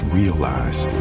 realize